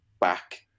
back